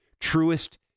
truest